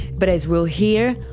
but as we'll hear,